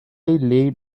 laid